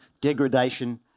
degradation